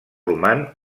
roman